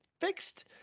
fixed